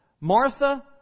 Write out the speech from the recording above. Martha